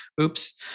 Oops